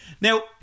Now